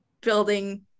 building